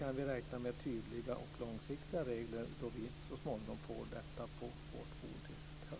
Kan vi räkna med tydliga och långsiktiga regler då vi så småningom får frågan på vårt bord till hösten?